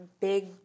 big